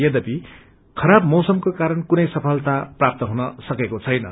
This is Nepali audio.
यद्यपि खराब मौसमाको कारण कुनै सफलता प्राप्त हुन सकेको छेन